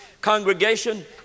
congregation